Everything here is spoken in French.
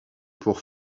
pour